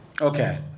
Okay